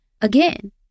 again